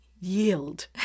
yield